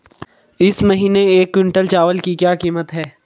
इस महीने एक क्विंटल चावल की क्या कीमत है?